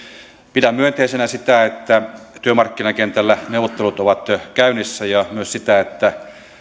pidän myönteisenä sitä että työmarkkinakentällä neuvottelut ovat käynnissä ja myös sitä että